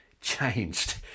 changed